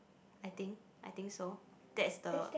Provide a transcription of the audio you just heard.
I think I think so that is the